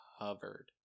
covered